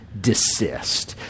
desist